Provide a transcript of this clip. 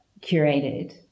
curated